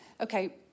okay